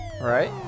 right